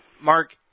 Mark